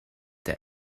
the